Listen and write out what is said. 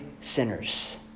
sinners